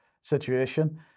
situation